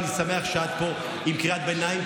אני שמח שאת פה עם קריאת ביניים,